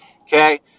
okay